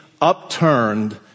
upturned